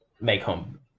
make-home